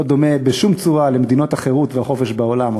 לא דומה בשום צורה למדינות החירות והחופש בעולם,